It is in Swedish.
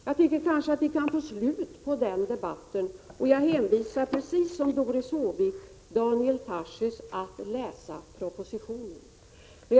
Jag tycker att vi borde kunna få slut på den debatten, och jag hänvisar — precis som Doris Håvik — Daniel Tarschys att läsa propositionen.